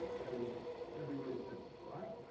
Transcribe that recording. and everyone said, what?